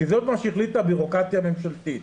כי זה מה שהחליטה הבירוקרטיה הממשלתית.